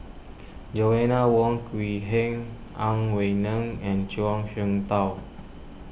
Joanna Wong Quee Heng Ang Wei Neng and Zhuang Shengtao